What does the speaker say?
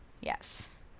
Yes